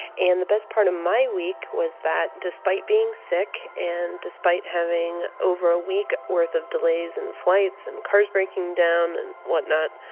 and the best part of my week was that despite being sick and despite having over a week worth of delays in flights and cars breaking down and whatnot,